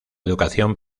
educación